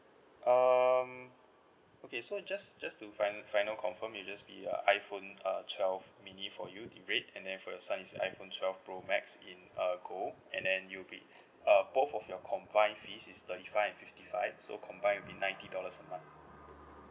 um okay so just just to fin~ final confirm it'll just be a iphone uh twelve mini for you the red and then for your son is iphone twelve pro max in uh gold and then it'll be uh both of your combined fees is thirty five and fifty five so combined will be ninety dollars a month